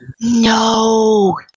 No